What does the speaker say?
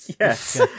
yes